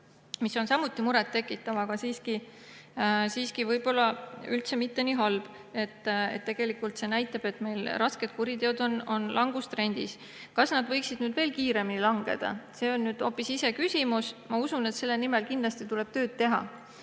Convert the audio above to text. mis on samuti muret tekitav, aga siiski võib-olla üldse mitte nii halb. Tegelikult see näitab, et meil rasked kuriteod on langustrendis. Kas nende arv võiks veel kiiremini langeda, see on hoopis iseküsimus. Ma usun, et selle nimel kindlasti tuleb tööd teha.